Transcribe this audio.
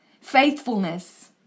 faithfulness